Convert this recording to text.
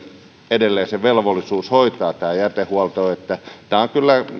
edelleen se velvollisuus hoitaa jätehuolto että tämä on kyllä